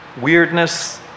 weirdness